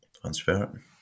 transfer